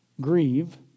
grieve